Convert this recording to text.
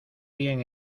bien